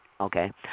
Okay